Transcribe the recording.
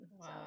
Wow